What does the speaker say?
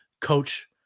coach